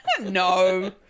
No